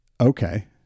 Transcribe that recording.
Okay